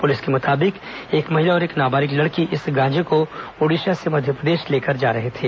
police के मुताबिक एक महिला और एक नाबालिग लड़की इस गांजे को ओडिशा से मध्यप्रदेश लेकर जा रहे थे